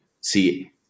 see